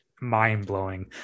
mind-blowing